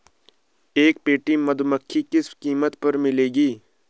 एक पेटी मधुमक्खी किस कीमत पर मिलेगी?